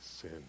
sin